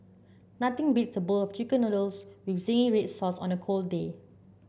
nothing beats a bowl of chicken noodles with zingy red sauce on a cold day